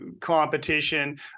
competition